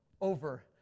over